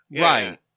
Right